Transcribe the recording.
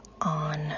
on